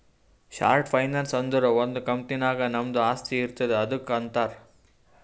short finance ಅಂದುರ್ ಒಂದ್ company ನಾಗ್ ನಮ್ದು ಆಸ್ತಿ ಇರ್ತುದ್ ಅದುಕ್ಕ ಅಂತಾರ್